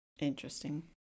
Interesting